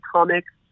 Comics